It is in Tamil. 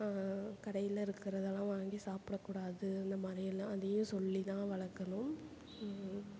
கடையில் இருக்கிறதெல்லாம் வாங்கி சாப்பிடக்கூடாது அந்த மாதிரிலாம் அதையே சொல்லி தான் வளர்க்கணும்